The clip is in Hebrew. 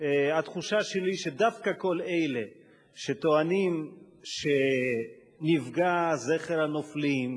התחושה שלי שדווקא כל אלה שטוענים שנפגע זכר הנופלים,